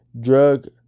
drug